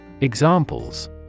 Examples